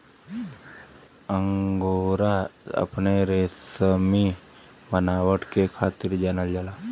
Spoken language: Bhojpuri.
अंगोरा अपने रेसमी बनावट के खातिर जानल जाला